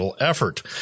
effort